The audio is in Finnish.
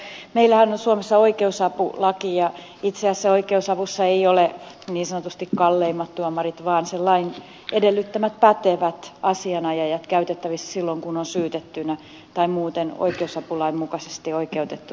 todellakaan tämä ei liity tähän esitykseen mutta meillähän on suomessa oikeusapulaki ja itse asiassa oikeusavussa ei ole niin sanotusti kalleimmat tuomarit vaan sen lain edellyttämät pätevät asianajajat käytettävissä silloin kun on syytettynä tai muuten oikeusapulain mukaisesti oikeutettu